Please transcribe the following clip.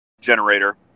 generator